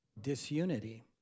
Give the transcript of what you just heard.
disunity